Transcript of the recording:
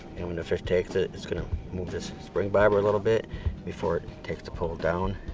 and when the fish takes it, it's gonna move this spring bobber a little bit before it takes the pole down.